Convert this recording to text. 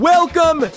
Welcome